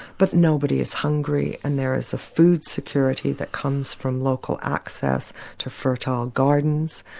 but nobody is hungry and there is a food security that comes from local access to fertile gardens.